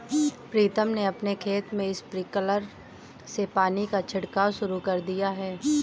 प्रीतम ने अपने खेत में स्प्रिंकलर से पानी का छिड़काव शुरू कर दिया है